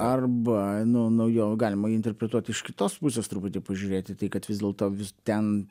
arba nu nu jo galima interpretuot iš kitos pusės truputį pažiūrėti tai kad vis dėlto ten